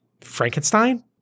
Frankenstein